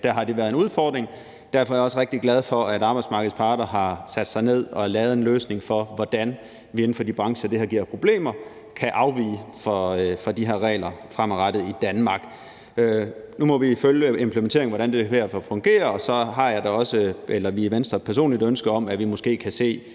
har været en udfordring. Derfor er jeg også rigtig glad for, at arbejdsmarkedets parter har sat sig ned og lavet en løsning for, hvordan vi inden for de brancher, hvor det her giver problemer, kan afvige fra de regler fremadrettet i Danmark. Nu må vi følge implementeringen og se, hvordan det fungerer, og så har vi i Venstre og jeg personligt da også et ønske om, at vi måske kan